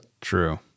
True